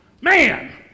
Man